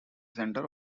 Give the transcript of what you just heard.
center